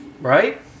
Right